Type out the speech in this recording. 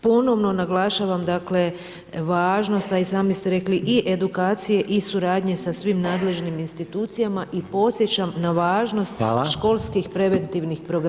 Ponovno naglašavam dakle, važnost a i sami ste rekli i edukacije i suradnje sa svim nadležnim institucijama i podsjećam na važnost školskih preventivnih programa